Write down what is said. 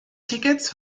tickets